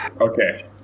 Okay